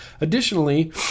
Additionally